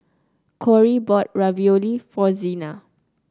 Corrie bought Ravioli for Zina